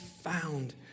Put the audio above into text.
found